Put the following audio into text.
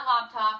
laptop